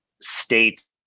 states